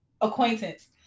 acquaintance